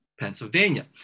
Pennsylvania